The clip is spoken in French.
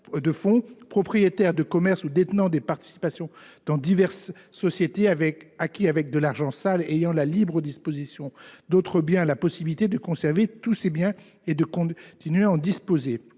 propriétaire d’un commerce ou détenant des participations dans diverses sociétés acquis avec de l’argent sale et disposant d’autres biens, a aujourd’hui la possibilité de conserver tous ces biens et de continuer à en disposer.